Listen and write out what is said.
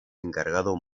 encargado